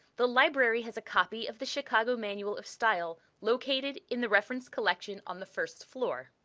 the library has a copy of the chicago manual of style located in the reference collection on the first floor.